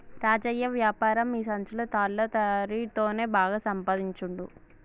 రాజయ్య వ్యాపారం ఈ సంచులు తాళ్ల తయారీ తోనే బాగా సంపాదించుండు